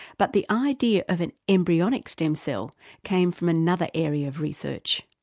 but the idea of an embryonic stem cell came from another area of research.